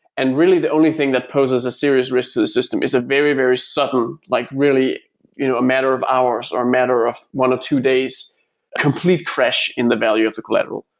and really the only thing that poses a serious risk to the system is a very, very sudden, like really you know a matter of hours, or a matter of one or two days complete crash in the value of the collateral.